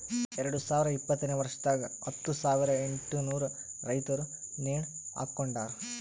ಎರಡು ಸಾವಿರ ಇಪ್ಪತ್ತನೆ ವರ್ಷದಾಗ್ ಹತ್ತು ಸಾವಿರ ಎಂಟನೂರು ರೈತುರ್ ನೇಣ ಹಾಕೊಂಡಾರ್